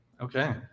Okay